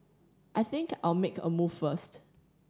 I think I'll make a move first